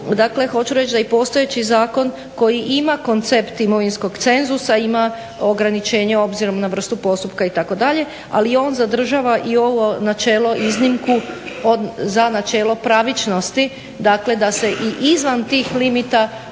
Dakle, hoću reći da i postojeći zakon koji ima koncept imovinskog cenzusa ima ograničenje obzirom na vrstu postupka itd., ali on zadržava i ovo načelo iznimku za načelo pravičnosti, dakle da se i izvan tih limita